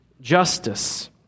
justice